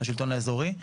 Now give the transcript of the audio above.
השלטון האזורי.